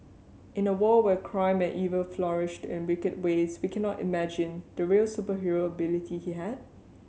in a world where crime and evil flourished in wicked ways we cannot imagine the real superhero ability he had